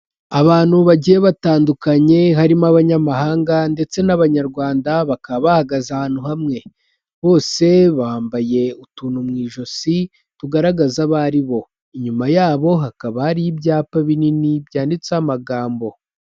Abantu bagiye batandukanye, harimo abanyamahanga ndetse n'abanyarwanda, bakaba bahagaze ahantu hamwe, bose bambaye utuntu mu ijosi tugaragaza abo ari bo, inyuma yabo hakaba hari ibyapa binini byanditseho amagambo.